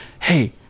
hey